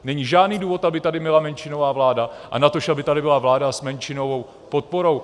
Není žádný důvod, aby tady byla menšinová vláda, natož aby tady byla vláda s menšinovou podporou.